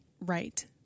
right